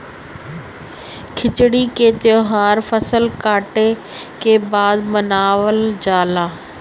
खिचड़ी के तौहार फसल कटले के बाद मनावल जाला